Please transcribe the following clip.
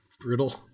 Brutal